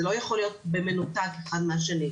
זה לא יכול להיות במנותק אחד מהשני.